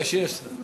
יש, יש שרים.